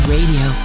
Radio